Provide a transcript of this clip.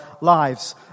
lives